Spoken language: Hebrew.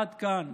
עד כאן